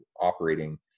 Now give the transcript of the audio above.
operating